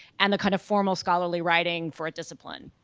and the kind of formal scholarly writing for a discipline.